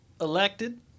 elected